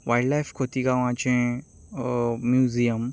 wild life खोतीगांवाचें museum